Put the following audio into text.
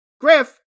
Griff